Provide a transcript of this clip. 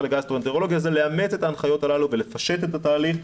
לגסטרואנטרולוגיה זה לאמץ את ההנחיות הללו ולפשט את התהליך.